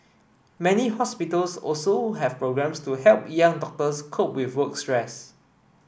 many hospitals also have programmes to help young doctors cope with work stress